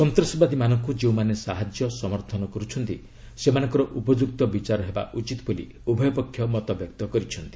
ସନ୍ତାସବାଦୀମାନଙ୍କୁ ଯେଉଁମାନେ ସାହାଯ୍ୟ ସମର୍ଥନ କରୁଛନ୍ତି ସେମାନଙ୍କର ଉପଯୁକ୍ତ ବିଚାର ହେବା ଉଚିତ ବୋଲି ଉଭୟ ପକ୍ଷ ମତବ୍ୟକ୍ତ କରିଛନ୍ତି